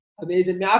Amazing